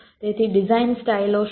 તેથી ડિઝાઇન સ્ટાઇલઓ શું છે